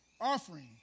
Offering